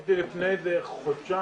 הייתי לפני חודשיים,